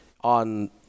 on